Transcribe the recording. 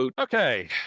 Okay